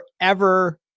forever